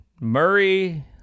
Murray